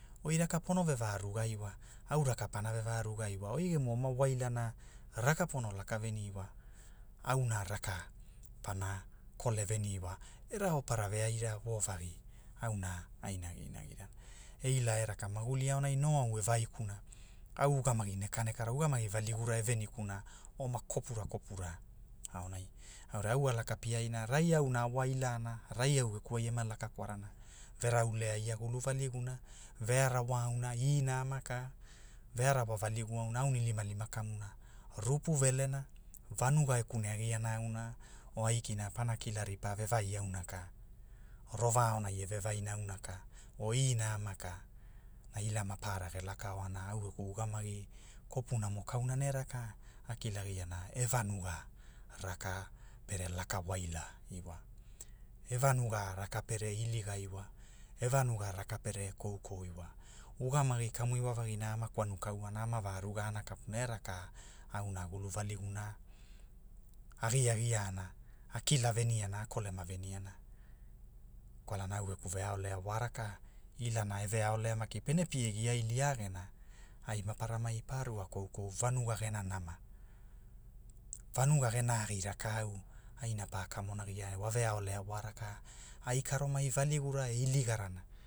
Oi raka pono ve va ruga iwa au raka pana ve va ruga iwa oi gemu oma wailana raka pono laka veni iwa, auna raka pana kole veni iwa e raopara veaira wovagi auna, a inagiinagirana, e ila e raka maguli aonai no au e vaikuna au ugamagi neka nekara ugamagi valigura evenikuna oma kopura kopura aonai aurai au a laka piaina rai auna a wailana rai au geku ai ema raka kwarana, veraulea ia gulu valiguna, vearawa auna ina ama ka, vearawa valigu auna aunilimalima kamuna, rupu velena, vanuga, vanuga e kune agiana auna, o aikina pana kila ripa ve vai auna ka rova ownai eve vai na ka o ina ama ka, na ila maparara ge laka oana au geku ugamagi, kopunamo kauna ne raka, a kilagiana e vanuga raka pere lakawailai iwa, e vanuga raka pere iliga iwa e vanuga raka pere kou kou iwa, ugamagi kamu iwa vagina ama kwanu kauana ama va rugana kapuna e raka, auna gulu valiguna, a giagiae pe kalawokalawoa agia, au a va aunaunana, e oma wailara ge veamaina aonai ia gera vanuga, pe vai namanamanaria pa raopara rorirorinai pene laka ripa, ugamagi vealevarai, pe vao ripa, kwalana, au kana inagulu pane kala, pene au kopunana a ugamagiana, pana va ruga pana iligagia a va aunaaunana.